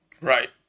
Right